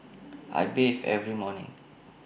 I bathe every morning